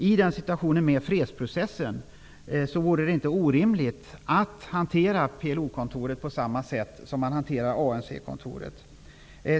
I samband med fredsprocessen tycker jag inte att det är orimligt att hantera PLO-kontoret på samma sätt som man hanterade ANC-kontoret.